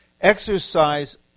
exercise